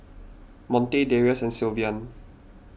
Monte Darius and Sylvan